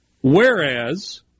whereas